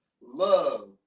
love